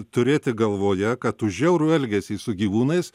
turėti galvoje kad už žiaurų elgesį su gyvūnais